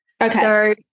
Okay